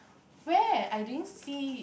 where I didn't see it